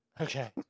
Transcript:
Okay